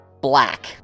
black